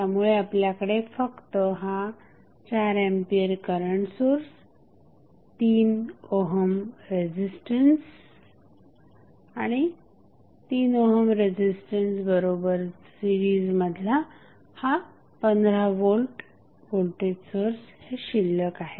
त्यामुळे आपल्याकडे फक्त हा 4 ampere current source 3 ohm resistance आणि या 3 ओहम रेझिस्टन्स बरोबरचा सिरीज मधला हा 15 व्होल्ट व्होल्टेज सोर्स हे शिल्लक आहेत